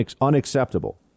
Unacceptable